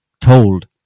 told